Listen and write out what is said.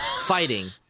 fighting